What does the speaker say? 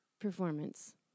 performance